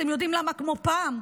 אתם יודעים למה כמו פעם?